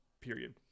Period